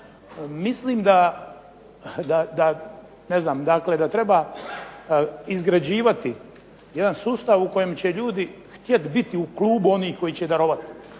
znam, da treba izgrađivati jedan sustav u kojem će ljudi htjet biti u klubu onih koji će darovati